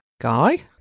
Guy